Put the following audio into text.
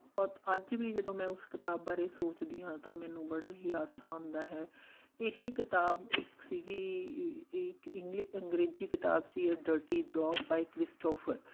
ਬਹੁਤ ਅੱਜ ਵੀ ਜਦੋਂ ਮੈਂ ਉਸ ਕਿਤਾਬ ਬਾਰੇ ਸੋਚਦੀ ਹਾਂ ਤਾਂ ਮੈਨੂੰ ਬੜਾ ਹੀ ਹਾਸਾ ਆਉਂਦਾ ਹੈ ਇਹ ਕਿਤਾਬ ਇੱਕ ਸੀਗੀ ਇ ਇੱਕ ਇੰਗਲ ਅੰਗਰੇਜ਼ੀ ਕਿਤਾਬ ਸੀ a dirty job by Christopher